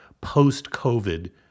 post-COVID